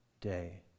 day